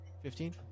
Fifteen